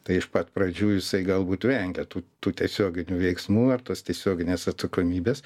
tai iš pat pradžių jisai galbūt vengia tų tų tiesioginių veiksmų ar tos tiesioginės atsakomybės